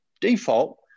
default